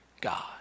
God